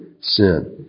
sin